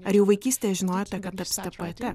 ar jau vaikystėje žinojote kad tapsite poete